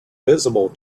visible